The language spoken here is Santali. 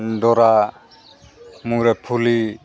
ᱰᱚᱨᱟ ᱢᱩᱨᱮ ᱯᱷᱩᱞᱤ